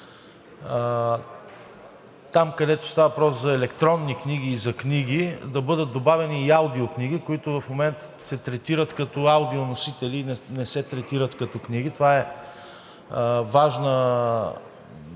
Там, където става въпрос за електронни книги и за книги, да бъдат добавени и аудиокниги, които в момента се третират като аудионосители и не се третират като книги. Това е важно